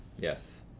Yes